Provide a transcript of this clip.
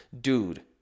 Dude